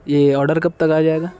یہ آڈر کب تک آ جائے گا